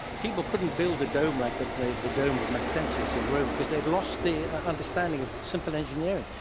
people couldn't build a dome like the like the dome of maxentius in rome because they'd lost the understanding of simple engineering.